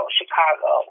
Chicago